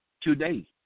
today